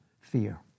Fear